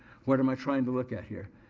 what am i trying to look at here?